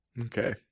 Okay